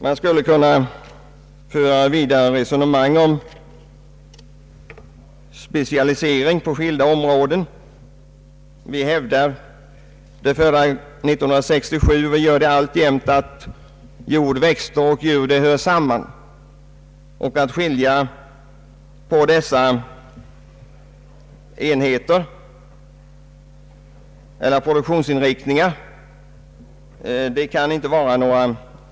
Det skulle kunna föras ett vidare resonemang om specialisering på skilda områden. Vi hävdade före år 1967 och gör det alltjämt, att jord, växter och djur hör samman och att det inte kan vara några vinster att hämta på att skilja dessa produktionsinriktningar från varandra.